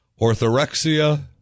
orthorexia